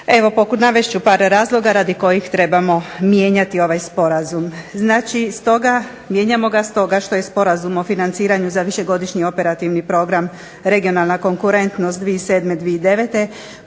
Evo, navest ću par razloga radi kojih trebamo mijenjati ovaj sporazum. Znači, mijenjamo ga stoga što je sporazum o financiranju za višegodišnji operativni program "Regionalna konkurentnost" 2007.-2009.